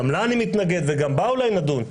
גם לה אני מתנגד וגם בה אולי נדון.